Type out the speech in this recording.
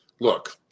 look